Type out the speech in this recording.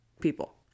people